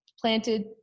planted